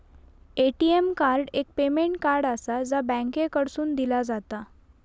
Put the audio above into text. ATM card एक payment card आसा, जा बँकेकडसून दिला जाता